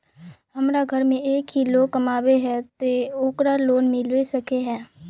हमरा घर में एक ही लोग कमाबै है ते ओकरा लोन मिलबे सके है?